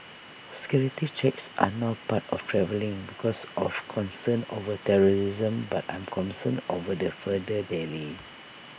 security checks are now part of travelling because of concerns over terrorism but I'm concerned over the further delay